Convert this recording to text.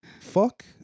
fuck